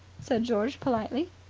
said george politely.